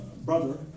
brother